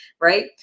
right